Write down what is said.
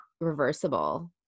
reversible